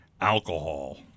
alcohol